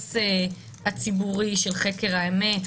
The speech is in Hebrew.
האינטרס הציבורי של חקר האמת,